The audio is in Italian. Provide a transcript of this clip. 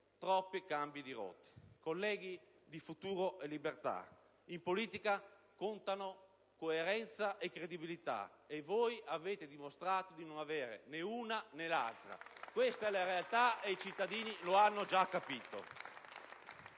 troppi cambi di rotta. Colleghi di Futuro e Libertà, in politica contano coerenza e credibilità, e voi avete dimostrato di non avere né l'una né l'altra. Questa è la realtà, e i cittadini lo hanno già capito.